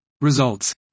Results